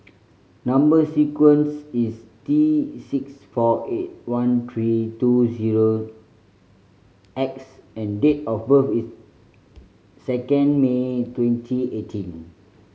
number sequence is T six four eight one three two zero X and date of birth is second May twenty eighteen